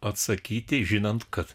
atsakyti žinant kad